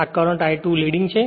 તેથી I2 current leading છે